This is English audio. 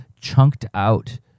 chunked-out